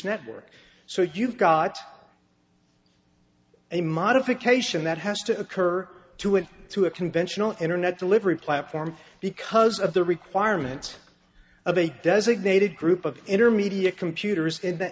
network so you've got a modification that has to occur to it to a conventional internet delivery platform because of the requirement of a designated group of intermediate computers